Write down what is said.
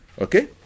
Okay